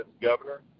governor